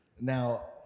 now